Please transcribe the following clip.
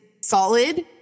solid